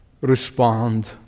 Respond